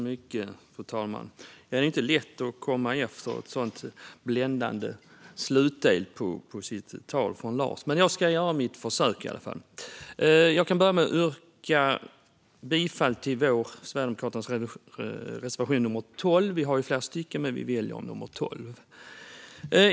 Fru talman! Det är inte lätt att hålla ett anförande efter Lars Hjälmered med tanke på den bländande slutdelen av hans tal. Men jag ska göra ett försök i alla fall. Vi i Sverigedemokraterna har flera reservationer, men vi väljer att yrka bifall endast till nummer 12.